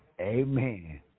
amen